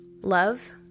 Love